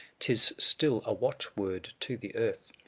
tis still a watch word to the earth.